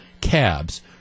cabs